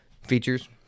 features